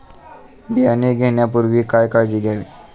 बियाणे घेण्यापूर्वी काय काळजी घ्यावी?